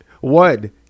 one